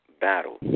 battle